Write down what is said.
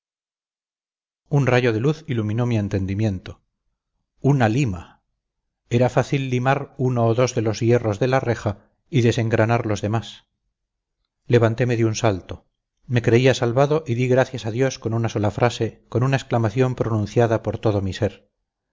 un rayo de luz iluminó mi entendimiento una lima era fácil limar uno o dos de los hierros de la reja y desengranar los demás levanteme de un salto me creía salvado y di gracias a dios con una sola frase con una exclamación pronunciada por todo mi ser